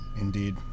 Indeed